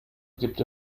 gibt